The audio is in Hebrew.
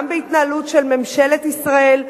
גם בהתנהלות של ממשלת ישראל,